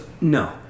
No